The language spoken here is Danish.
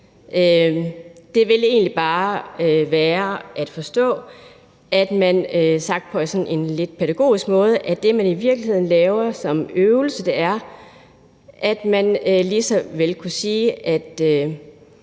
Det vil egentlig bare være sådan at forstå, sagt på sådan en lidt pædagogisk måde, at det, som man i virkeligheden laver som øvelse, er, at man lige så vel kunne sige, at